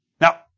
Now